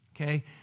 Okay